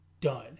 done